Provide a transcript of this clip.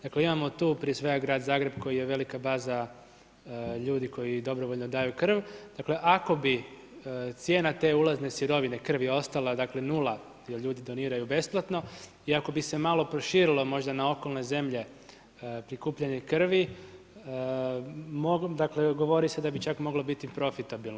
Dakle imamo tu prije svega grad Zagreb koji je velika baza ljudi koji dobrovoljno daju krv, dakle ako bi cijena te ulazne sirovine krvi ostala dakle 0 jer ljudi doniraju besplatno i ako bi se malo proširilo možda na okolne zemlje prikupljanje krvi, dakle govori se da bi čak moglo biti profitabilno.